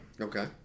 Okay